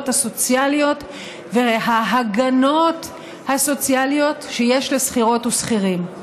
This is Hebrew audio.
הסוציאליות וההגנות הסוציאליות שיש לשכירות ושכירים.